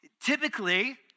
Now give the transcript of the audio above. typically